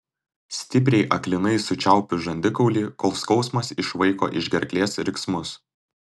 stipriai aklinai sučiaupiu žandikaulį kol skausmas išvaiko iš gerklės riksmus